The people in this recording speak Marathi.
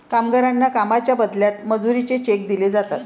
कामगारांना कामाच्या बदल्यात मजुरीचे चेक दिले जातात